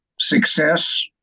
success